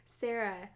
Sarah